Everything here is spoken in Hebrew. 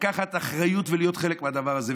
לקחת אחריות ולהיות חלק מהדבר הזה.